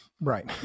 Right